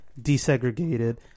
desegregated